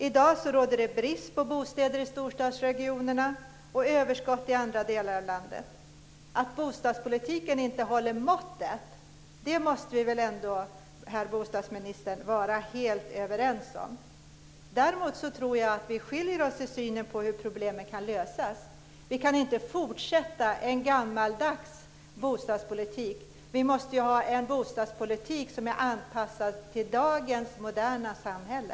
I dag råder det brist på bostäder i storstadsregionerna och överskott i andra delar av landet. Att bostadspolitiken inte håller måttet måste vi väl ändå vara helt överens om, herr bostadsminister. Däremot tror jag att vi skiljer oss i synen på hur problemen kan lösas. Vi kan inte fortsätta med en gammaldags bostadspolitik. Vi måste ha en bostadspolitik som är anpassad till dagens moderna samhälle.